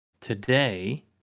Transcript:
today